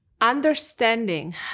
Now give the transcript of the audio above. understanding